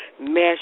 mesh